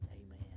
Amen